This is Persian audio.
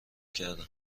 کردم